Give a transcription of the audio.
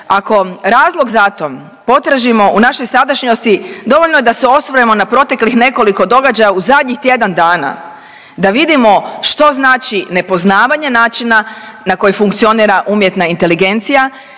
Ako razlog za to potražimo u našoj sadašnjosti, dovoljno je da se osvrnemo na proteklih nekoliko događaja u zadnjih tjedan dana da vidimo što znači nepoznavanje načina na koji funkcionira umjetna inteligencija,